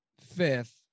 fifth